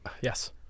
yes